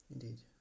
Indeed